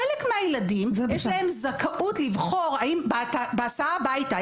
חלק מהילדים יש להם זכאות לבחור בהסעה הביתה,